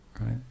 right